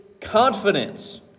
confidence